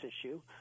issue